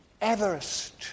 Everest